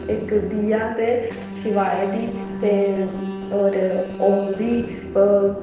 ते इक दीया ते शिवाय दी ते होर ओम दी ते